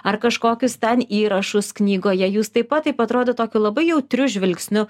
ar kažkokius ten įrašus knygoje jūs taip pat taip atrodo tokiu labai jautriu žvilgsniu